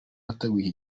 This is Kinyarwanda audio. wateguye